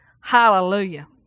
hallelujah